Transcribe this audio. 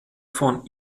von